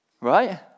Right